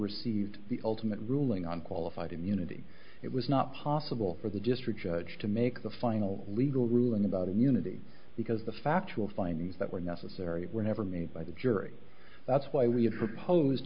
received the ultimate ruling on qualified immunity it was not possible for the district judge to make the final legal ruling about immunity because the factual findings that were necessary were never made by the jury that's why we have proposed